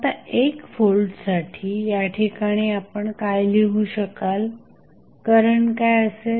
आता 1 व्होल्टसाठी या ठिकाणी आपण काय लिहू शकाल करंट काय असेल